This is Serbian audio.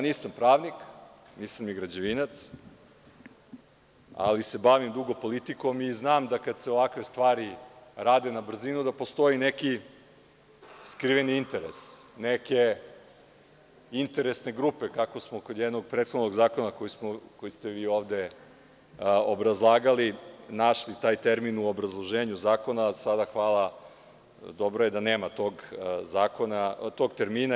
Nisam pravnik, nisam ni građevinac, ali se bavim dugo politikom i znam kada se ovakve stvari rade na brzinu da postoji neki skriveni interes, neke interesne grupe, kako smo kod jednog prethodnog zakona, koji ste vi ovde obrazlagali, našli taj termin u obrazloženju zakona, a sada hvala Bogu dobro je da nema tog termina.